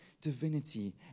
divinity